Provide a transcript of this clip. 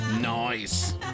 Nice